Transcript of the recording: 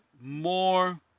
more